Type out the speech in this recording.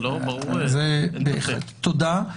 תודה.